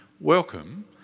welcome